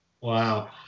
Wow